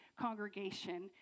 congregation